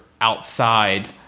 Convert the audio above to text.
outside